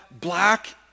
black